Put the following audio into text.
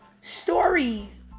stories